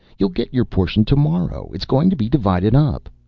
you'll get your portion to-morrow. it is going to be divided up.